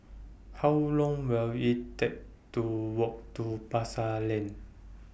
How Long Will IT Take to Walk to Pasar Lane